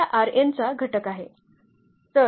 तर या चा हा घटक आहे